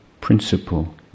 principle